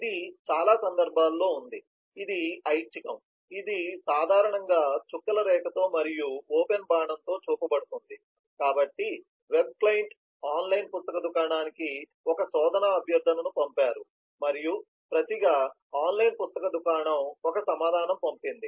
ఇది చాలా సందర్భాల్లో ఉంది ఇది ఐచ్ఛికం ఇది సాధారణంగా చుక్కల రేఖతో మరియు ఓపెన్ బాణంతో చూపబడుతుంది కాబట్టి వెబ్ క్లయింట్ ఆన్లైన్ పుస్తక దుకాణానికి ఒక శోధన అభ్యర్థనను పంపారు మరియు ప్రతిగా ఆన్లైన్ పుస్తక దుకాణం ఒక సమాధానం పంపింది